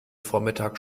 vormittag